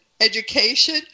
education